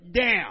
down